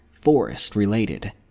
forest-related